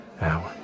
Now